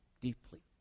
deeply